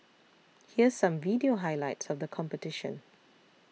here's some video highlights of the competition